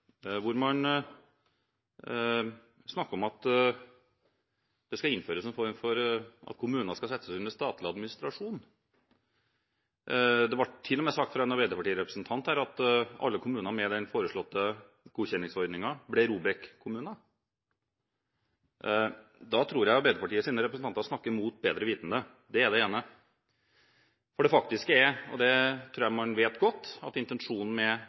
man snakker om at kommunene skal settes under statlig administrasjon. Det ble til og med sagt av en Arbeiderparti-representant her at alle kommuner med den foreslåtte godkjenningsordningen ble ROBEK-kommuner. Da tror jeg Arbeiderpartiets representanter snakker mot bedre vitende. Det er det ene. For det faktiske er – og det tror jeg man vet godt – at intensjonen med